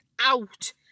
out